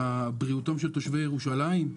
אדוני בריאותם של תושבי ירושלים.